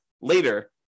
later